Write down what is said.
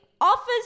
offers